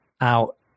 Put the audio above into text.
out